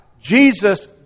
Jesus